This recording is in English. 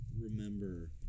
remember